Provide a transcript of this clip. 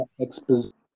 exposition